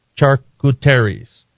charcuteries